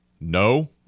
No